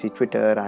Twitter